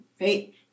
Right